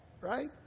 right